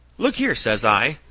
look here, says i,